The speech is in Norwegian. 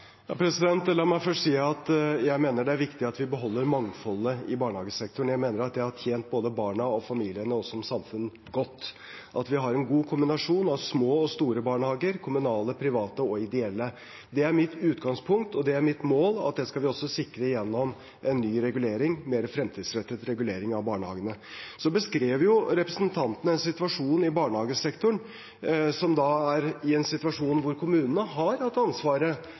La meg først si at jeg mener at det er viktig at vi beholder mangfoldet i barnehagesektoren. Jeg mener det har tjent både barna, familiene og oss som samfunn godt at vi har en kombinasjon av små og store barnehager – kommunale, private og ideelle. Det er mitt utgangspunkt, og det er mitt mål å sikre det gjennom en ny regulering, en mer fremtidsrettet regulering av barnehagene. Så beskrev representanten Fagerås en situasjon i barnehagesektoren i en situasjon hvor kommunene har hatt ansvaret